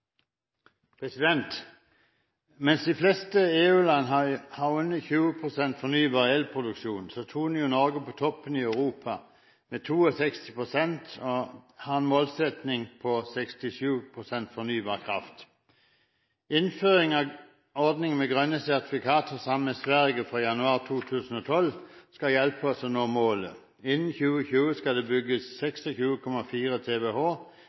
Mens de fleste EU-land har under 20 pst. fornybar elproduksjon, troner Norge på toppen i Europa med 62 pst., og vi har en målsetting på 67 pst. fornybar kraft. Innføring av ordningen med grønne sertifikater sammen med Sverige fra januar 2012 skal hjelpe oss med å nå målet. Innen 2020 skal det bygges